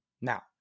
now